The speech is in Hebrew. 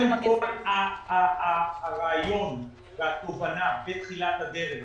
הרעיון והתובנה בתחילת הדרך